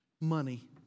money